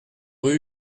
rue